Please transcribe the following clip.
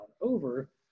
over